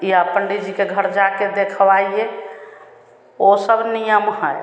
या पंडित जी के घर जा के दिखवाइए वह सब नियम है